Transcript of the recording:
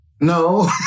no